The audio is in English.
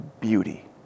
beauty